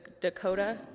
Dakota